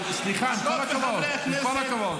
סליחה, עם כל הכבוד.